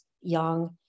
young